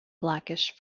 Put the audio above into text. blackish